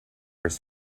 his